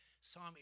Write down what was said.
Psalm